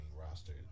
roster